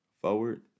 forward